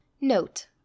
Note